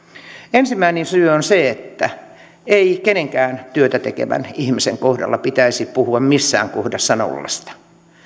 ensimmäinen syy on se että ei kenenkään työtä tekevän ihmisen kohdalla pitäisi puhua missään kohdassa nollasta